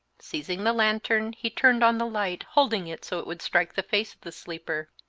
seizing the lantern, he turned on the light, holding it so it would strike the face of the sleeper.